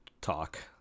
talk